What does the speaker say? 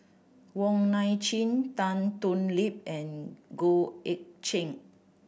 Wong Nai Chin Tan Thoon Lip and Goh Eck Kheng